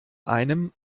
einem